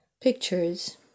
Pictures